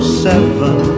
seven